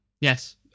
Yes